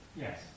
Yes